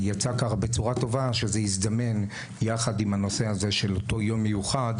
יצא ככה בצורה טובה שזה הזדמן יחד עם הנושא הזה של אותו יום מיוחד,